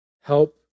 Help